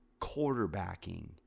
quarterbacking